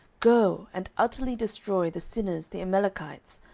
go and utterly destroy the sinners the amalekites,